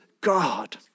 God